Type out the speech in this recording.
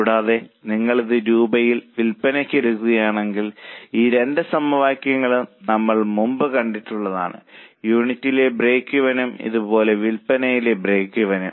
കൂടാതെ നിങ്ങൾ ഇത് രൂപയിൽ വിൽപ്പനയ്ക്ക് എടുക്കുകയാണെങ്കിൽ ഈ രണ്ട് സമവാക്യങ്ങളും നമ്മൾ മുമ്പ് കണ്ടിട്ടുള്ളതാണ് യൂണിറ്റിലെ ബ്രേക്ക് ഇവനും Break even in Unit's അതുപോലെ വിൽപനയിലെ ബ്രേക്ക് ഇവനും